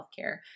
healthcare